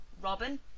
Robin